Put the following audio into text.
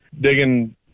digging